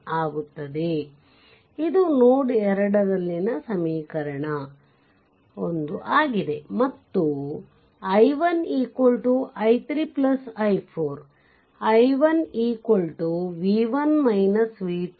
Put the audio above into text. ಆಗುತ್ತದೆ ಇದು ನೋಡ್ 2 ನಲ್ಲಿ ಸಮೀಕರಣ 1 ಆಗಿದೆ ಮತ್ತು i1 i3 i4